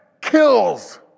kills